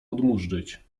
odmóżdżyć